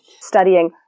studying